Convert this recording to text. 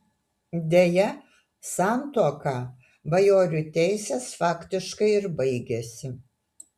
deja santuoka bajorių teisės faktiškai ir baigėsi